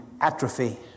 atrophy